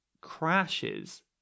crashes